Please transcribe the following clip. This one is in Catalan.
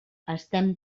estem